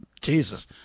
Jesus